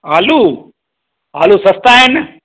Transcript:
आलू आलू सस्ता आहिनि